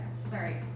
Sorry